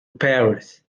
paris